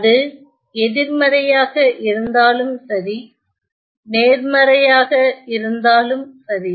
அது எதிர்மறையாக இருந்தாலும் சரி நேர்மறையாக இருந்தாலும் சரி